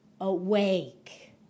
awake